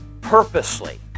purposely